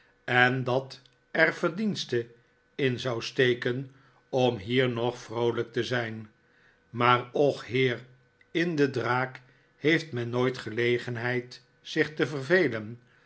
en dat er verdienste in zou steken om hier nog vroolijk te zijn maar och heerl in de draak heeft men nooit gelegenheid zich te vervelen